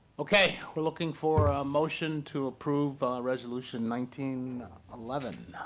ok, we're looking for motion to approve a resolution nineteen eleven.